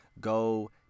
go